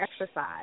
exercise